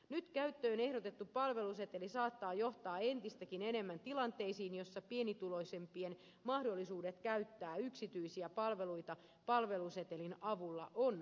nyt käyttöön ehdotettu palveluseteli saattaa johtaa entistäkin enemmän tilanteisiin joissa pienituloisempien mahdollisuudet käyttää yksityisiä palveluita palvelusetelin avulla ovat huonommat